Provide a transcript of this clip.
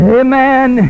amen